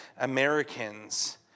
Americans